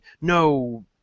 no